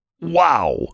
Wow